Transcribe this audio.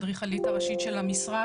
האדריכלית הראשית של המשרד.